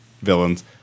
villains